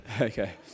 Okay